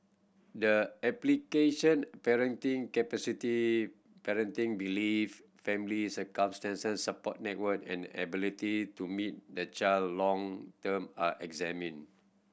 the application parenting capacity parenting belief family circumstances support network and ability to meet the child long term are examined